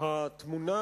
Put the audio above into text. התמונה